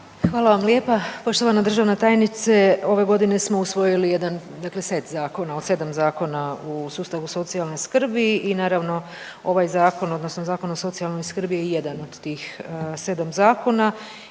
Hvala vam lijepa. Poštovana državna tajnice, ove godine smo usvojili jedan set zakona od sedam zakona u sustavu socijalne skrbi i naravno ovaj zakon odnosno Zakon o socijalnoj skrbi je jedan od tih sedam zakona